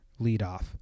leadoff